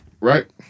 Right